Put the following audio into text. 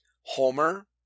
Homer